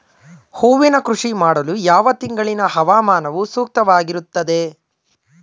ಹೂವಿನ ಕೃಷಿ ಮಾಡಲು ಯಾವ ತಿಂಗಳಿನ ಹವಾಮಾನವು ಸೂಕ್ತವಾಗಿರುತ್ತದೆ?